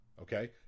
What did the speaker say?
Okay